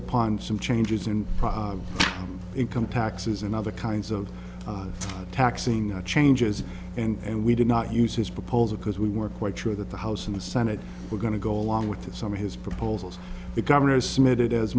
upon some changes in income taxes and other kinds of taxing changes and we did not use his proposal because we were quite sure that the house and the senate were going to go along with some of his proposals the governor submitted as